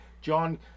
John